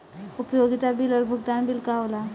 उपयोगिता बिल और भुगतान बिल का होला?